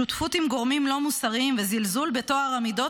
שותפות עם גורמים לא מוסריים וזלזול בטוהר המידות